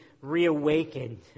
reawakened